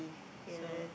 yeah